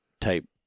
type